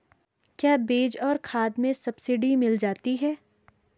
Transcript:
क्या बीज और खाद में सब्सिडी मिल जाती है?